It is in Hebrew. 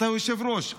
אתה יושב-ראש,